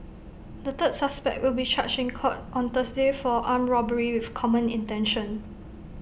the third suspect will be charged in court on Thursday for armed robbery with common intention